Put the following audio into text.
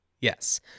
Yes